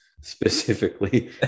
specifically